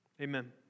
Amen